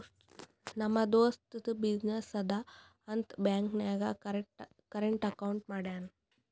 ನಮ್ ದೋಸ್ತದು ಬಿಸಿನ್ನೆಸ್ ಅದಾ ಅಂತ್ ಬ್ಯಾಂಕ್ ನಾಗ್ ಕರೆಂಟ್ ಅಕೌಂಟ್ ಮಾಡ್ಯಾನ್